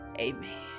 amen